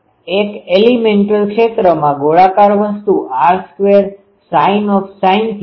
એક એલીમેન્ટલ ક્ષેત્રમાં ગોળાકાર વસ્તુ r2sin dθ dϕ છે